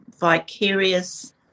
vicarious